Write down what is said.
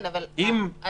אם כן יפקע, יש פה סיכון.